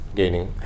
gaining